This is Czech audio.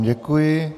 Děkuji.